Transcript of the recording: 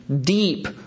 deep